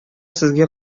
сезгә